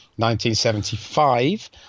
1975